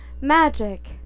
Magic